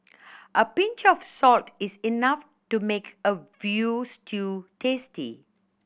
a pinch of salt is enough to make a veal stew tasty